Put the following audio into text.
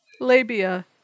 Labia